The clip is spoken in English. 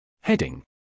Heading